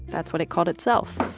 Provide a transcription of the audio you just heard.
that's what it called itself